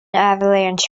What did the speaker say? avalanche